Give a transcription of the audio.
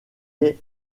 est